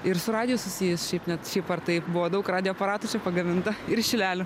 ir su radiju susijus šiaip net šiaip ar taip buvo daug radijo aparatų čia pagaminta ir šilelių